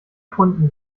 kunden